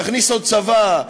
נכניס עוד צבא,